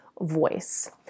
voice